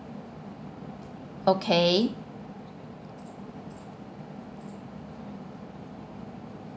okay